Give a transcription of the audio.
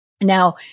Now